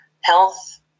health